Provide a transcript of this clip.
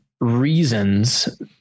reasons